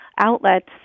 outlets